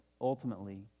ultimately